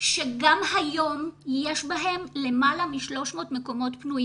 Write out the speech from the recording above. שגם היום יש בהן למעלה מ-300 מקומות פנויים,